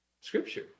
scripture